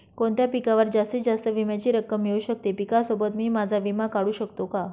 कोणत्या पिकावर जास्तीत जास्त विम्याची रक्कम मिळू शकते? पिकासोबत मी माझा विमा काढू शकतो का?